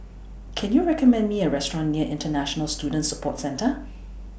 Can YOU recommend Me A Restaurant near International Student Support Centre